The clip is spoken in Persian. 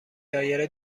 دایره